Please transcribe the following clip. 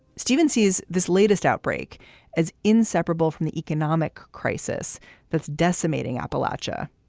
stevenses, this latest outbreak as inseparable from the economic crisis that's decimating appalachia,